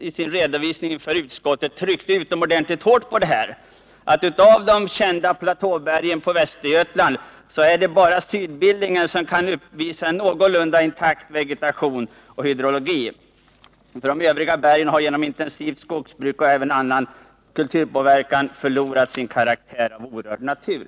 I sin redovisning inför utskottet tryckte naturvårds 114 verket utomordentligt hårt på att av platåberg i Västergötland bara Sydbil lingen kan uppvisa en någorlunda intakt vegetation och hydrologi. De övriga Nr 48 bergen har genom ett intensivt skogsbruk och även annan kulturpåverkan Onsdagen den förlorat sin karaktär av orörd natur.